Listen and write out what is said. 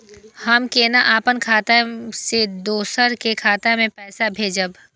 हम केना अपन खाता से दोसर के खाता में पैसा भेजब?